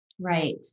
Right